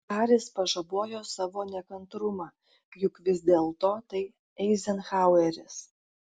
haris pažabojo savo nekantrumą juk vis dėlto tai eizenhaueris